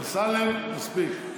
אמסלם, מספיק.